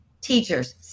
teachers